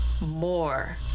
more